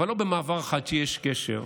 אבל לא חד כי יש קשר,